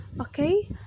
Okay